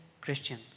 Christian